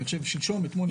אני חושב אתמול או שלשום.